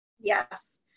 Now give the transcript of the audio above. Yes